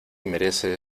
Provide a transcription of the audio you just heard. merece